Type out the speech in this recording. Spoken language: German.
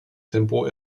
tempo